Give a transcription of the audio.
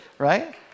Right